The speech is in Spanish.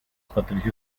patricio